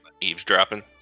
eavesdropping